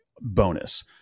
bonus